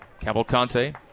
Cavalcante